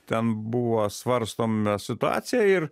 ten buvo svarstom mes situaciją ir